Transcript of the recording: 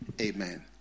Amen